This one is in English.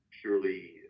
purely